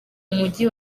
mujyi